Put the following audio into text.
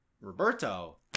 Roberto